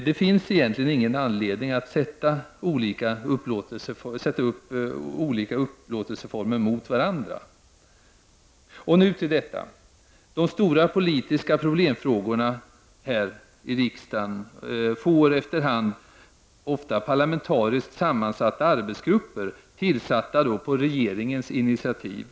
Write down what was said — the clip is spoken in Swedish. Det finns egentligen inte någon anledning att sätta upp olika upplåtelseformer mot varandra. De stora politiska problemfrågorna får efter hand ofta parlamentariskt sammansatta arbetsgrupper, tillsatta på regeringens initiativ.